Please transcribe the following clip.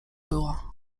była